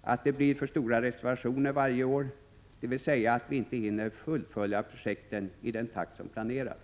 och att det blir för stora reservationer varje år, dvs. att vi inte hinner fullfölja projekten i den takt som planerats.